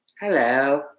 hello